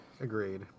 Agreed